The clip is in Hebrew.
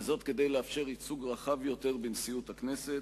וזאת כדי לאפשר ייצוג רחב יותר בנשיאות הכנסת.